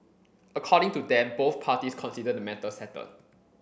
according to them both parties consider the matter settled